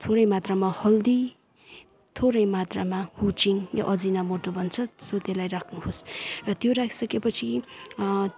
थोरै मात्रामा हर्दी थोरै मात्रामा हुचिङ या अजिनामोटो भन्छ त्यसलाई राख्नुहोस् र त्यो राखिसकेपछि